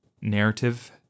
narrative